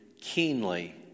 keenly